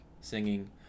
singing